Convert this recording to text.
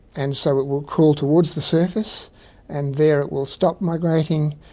and so it will crawl towards the surface and there it will stop migrating,